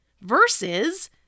Versus